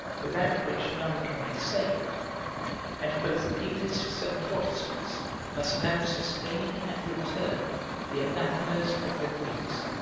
without which none can be saved and both papists and protestants must now sustain and return the anathemas of the greeks,